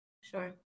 Sure